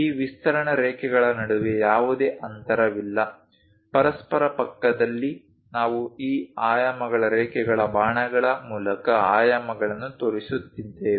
ಈ ವಿಸ್ತರಣಾ ರೇಖೆಗಳ ನಡುವೆ ಯಾವುದೇ ಅಂತರವಿಲ್ಲ ಪರಸ್ಪರ ಪಕ್ಕದಲ್ಲಿ ನಾವು ಈ ಆಯಾಮ ರೇಖೆಗಳ ಬಾಣಗಳ ಮೂಲಕ ಆಯಾಮಗಳನ್ನು ತೋರಿಸುತ್ತಿದ್ದೇವೆ